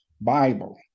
bible